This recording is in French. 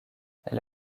elle